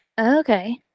Okay